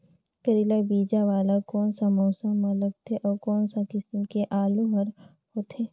करेला बीजा वाला कोन सा मौसम म लगथे अउ कोन सा किसम के आलू हर होथे?